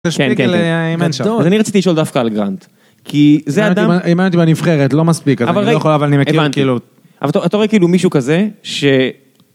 כן, כן, כן, אני רציתי לשאול דווקא על גראנט, כי זה אדם... אם הייתי בנבחרת, לא מספיק, אני לא יכול, אבל אני מכיר, כאילו... אבל אתה רואה כאילו מישהו כזה, ש...